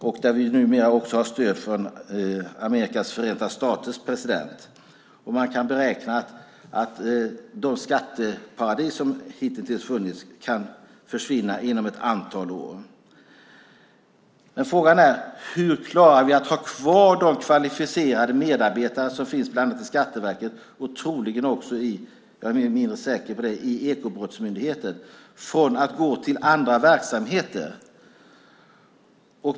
Vi har numera också stöd från Amerikas förenta staters president. Man kan beräkna att de skatteparadis som hitintills har funnits kan försvinna inom ett antal år. Frågan är: Hur klarar vi att ha kvar de kvalificerade medarbetare som finns bland annat i Skatteverket och troligen också - men jag är mindre säker på det - i Ekobrottsmyndigheten så att de inte går till andra verksamheter?